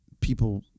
people